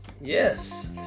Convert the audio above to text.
Yes